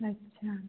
अच्छा